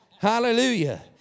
Hallelujah